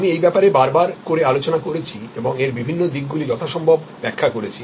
আমি এই ব্যাপারে বারবার করে আলোচনা করেছি এবং এর বিভিন্ন দিক গুলো যথাসম্ভব ব্যাখ্যা করেছি